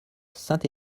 saint